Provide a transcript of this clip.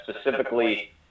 specifically